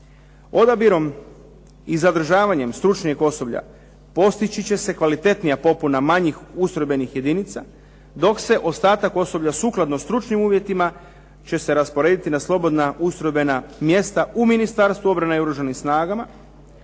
Odabirom i zadržavanjem stručnijeg osoblja postići će se kvalitetnija popuna manjih ustrojbenih jedinica, dok se ostatak osoblja sukladno stručnim uvjetima će se rasporediti na slobodna ustrojbena mjesta u Ministarstvu obrane i Oružanim snagama,